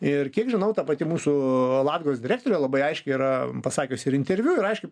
ir kiek žinau ta pati mūsų latgos direktorė labai aiškiai yra pasakiusi ir interviu ir aišku